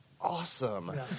awesome